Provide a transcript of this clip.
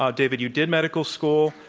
um david, you did medical school.